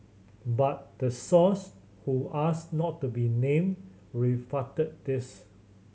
but the source who asked not to be named this